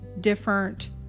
different